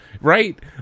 right